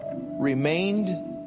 remained